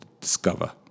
discover